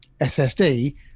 SSD